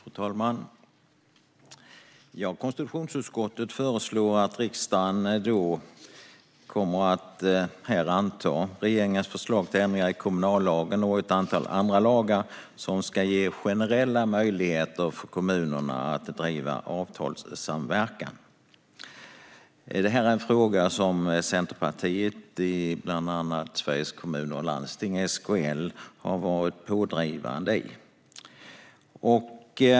Fru talman! Konstitutionsutskottet föreslår att riksdagen antar regeringens förslag till ändringar i kommunallagen och ett antal andra lagar, vilket ska ge generella möjligheter för kommunerna att bedriva avtalssamverkan. Detta är en fråga som Centerpartiet har drivit på bland annat i Sveriges Kommuner och Landsting, SKL.